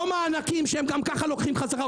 לא מענקים שהם גם ככה לוקחים חזרה.